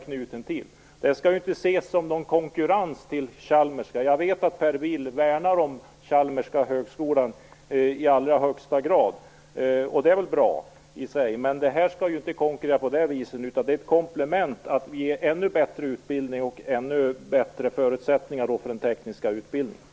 Den skall inte ses som någon konkurrent till Chalmers. Jag vet att Per Bill värnar om Chalmers Tekniska högskola i allra högsta grad, och det är väl bra. Det här skall inte konkurrera, utan det är ett komplement så att vi kan ge ännu bättre utbildning och ännu bättre förutsättningar för den tekniska utbildningen.